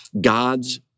God's